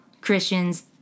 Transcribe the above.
Christians